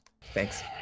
thanks